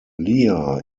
lea